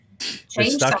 change